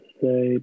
say